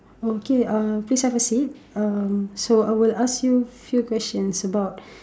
okay uh please have a seat um so I will ask you few questions about